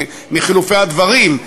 מחילופי הדברים,